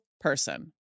person